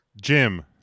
Jim